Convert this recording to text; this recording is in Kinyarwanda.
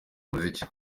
muziki